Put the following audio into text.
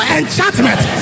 enchantment